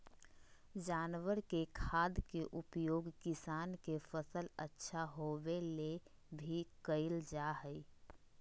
जानवर के खाद के उपयोग किसान के फसल अच्छा होबै ले भी कइल जा हइ